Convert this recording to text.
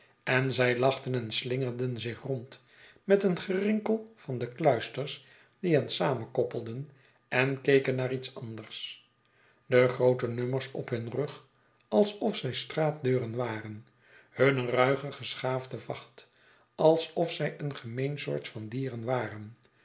en zij lachten en slingerden zich rond met een gerinkel van de kluisters die hen samenkoppelden en keken naar iets anders de groote nummers op hun rug alsof zij straatdeuren waren hunne ruige geschaafde vacht alsof zij een gemeen soort van dieren waren